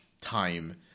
time